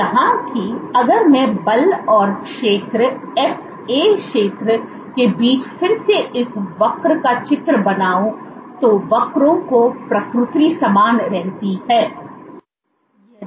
यहां की अगर मैं बल और क्षेत्र एफए क्षेत्र के बीच फिर से इस वक्र का चित्र बनाओ तो वक्रों की प्रकृति समान रहती है